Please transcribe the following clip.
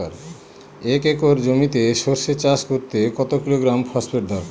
এক একর জমিতে সরষে চাষ করতে কত কিলোগ্রাম ফসফেট দরকার?